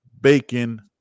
bacon